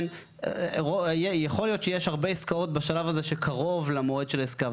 יכול להיות שיש הרבה עסקאות בשלב הזה שקרוב למועד של העסקה.